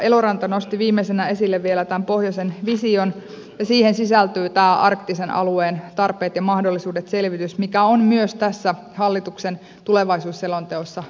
eloranta nosti viimeisenä esille vielä tämän pohjoisen vision ja siihen sisältyy tämä selvitys arktisen alueen tarpeista ja mahdollisuuksista mikä on myös tässä hallituksen tulevaisuusselonteossa yksi painopistealue